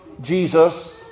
Jesus